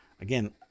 Again